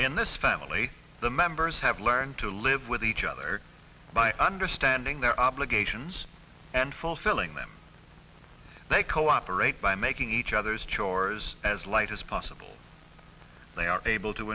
in this family the members have learned to live with each other my understanding their obligations and fulfilling them they cooperate by making each other's chores as light as possible they are able to